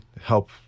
help